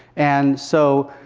and so